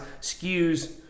skews